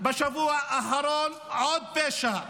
בשבוע האחרון עוד פשע,